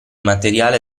materiale